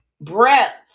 breath